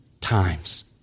times